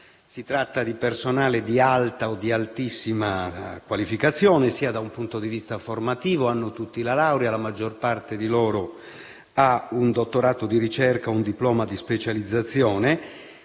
Si tratta di personale di alta o altissima qualificazione sia da un punto di vista formativo (hanno tutti la laurea e la maggior parte di loro ha anche un dottorato di ricerca o un diploma di specializzazione),